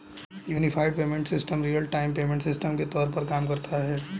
unified payment system real time payment system के तौर पर काम करता है